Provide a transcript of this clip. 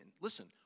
listen